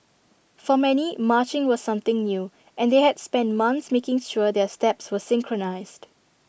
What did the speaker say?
for many marching was something new and they had spent months making sure their steps were synchronised